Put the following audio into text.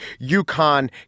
UConn